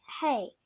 hey